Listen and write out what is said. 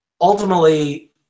ultimately